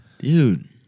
Dude